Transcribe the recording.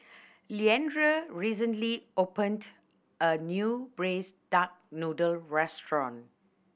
Leandra recently opened a new Braised Duck Noodle restaurant